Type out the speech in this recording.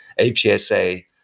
APSA